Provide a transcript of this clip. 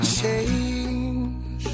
change